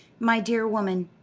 my dear woman,